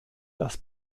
dass